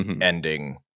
ending